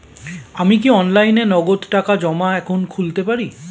আমি কি অনলাইনে নগদ টাকা জমা এখন খুলতে পারি?